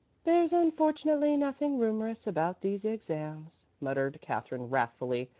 there's unfortunately nothing rumorous about these exams, muttered katherine wrathfully.